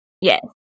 Yes